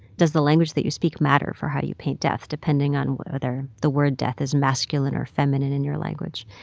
does the language that you speak matter for how you paint death, depending on whether the word death is masculine or feminine in your language?